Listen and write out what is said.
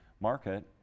market